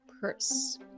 purse